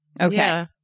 Okay